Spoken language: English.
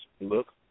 look